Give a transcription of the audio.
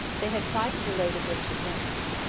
they had tried to delay the british advance.